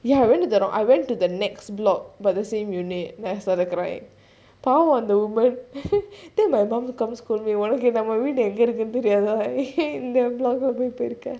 ya I went to the wrong I went to the next block but the same unit then I started crying the woman then my mum come scold me உனக்குநம்மவீடுஎங்கஇருக்குனுதெரியாதா:unaku namma veedu enga irukunu theriatha